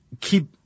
keep –